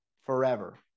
forever